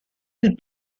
you